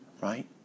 right